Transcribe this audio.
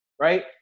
right